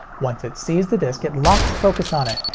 once it sees the disc it locks focus on it,